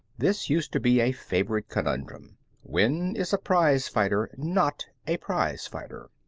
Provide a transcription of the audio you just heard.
this used to be a favorite conundrum when is a prize-fighter not a prize-fighter?